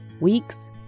weeks